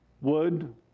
Wood